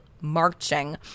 marching